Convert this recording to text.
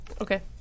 okay